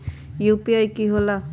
UPI कि होला?